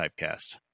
typecast